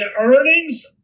earnings